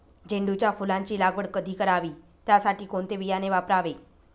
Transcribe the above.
झेंडूच्या फुलांची लागवड कधी करावी? त्यासाठी कोणते बियाणे वापरावे?